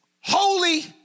holy